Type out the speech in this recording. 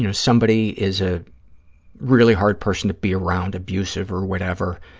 you know somebody is a really hard person to be around, abusive or whatever,